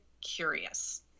curious